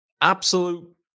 absolute